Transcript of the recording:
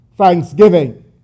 Thanksgiving